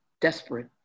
desperate